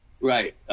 Right